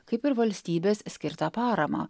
kaip ir valstybės skirta parama